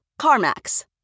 carmax